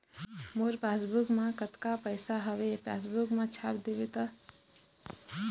मोर passbook मा कतका पैसा हवे पासबुक मा छाप देव तो?